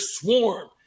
swarm